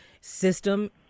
system